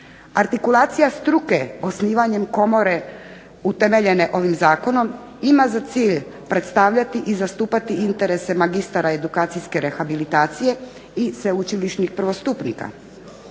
Artikulacija struke osnivanjem komore utemeljene ovim zakonom ima za cilj predstavljati i zastupati interese magistara edukacijske rehabilitacije i sveučilišnih prvostupnika.